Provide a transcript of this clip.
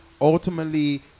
Ultimately